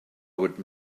would